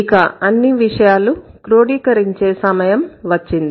ఇక అన్ని విషయాలు క్రోడీకరించే సమయం వచ్చింది